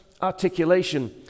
articulation